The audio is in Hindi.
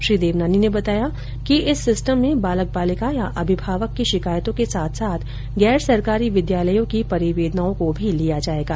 श्री देवनानी ने बताया कि इस सिस्टम में बालक बालिका या अभिभावक की षिकायतों के साथ साथ गैर सरकारी विद्यालयों की परिवेदनाओं को भी लिया जायेगा